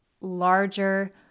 larger